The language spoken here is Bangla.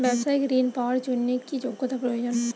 ব্যবসায়িক ঋণ পাওয়ার জন্যে কি যোগ্যতা প্রয়োজন?